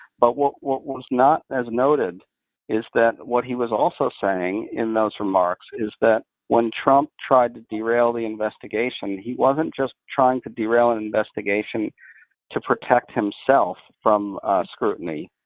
but what what was not as noted is that what he was also saying in those remarks is that when trump tried to derail the investigation, he wasn't just trying to derail an investigation to protect himself from scrutiny.